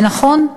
ונכון,